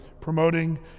promoting